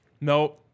No